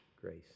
grace